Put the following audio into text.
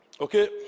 okay